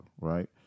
right